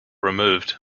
removed